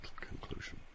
conclusion